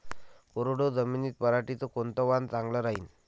कोरडवाहू जमीनीत पऱ्हाटीचं कोनतं वान चांगलं रायीन?